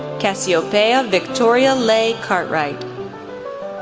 cassiopeia victoria leigh cartwright,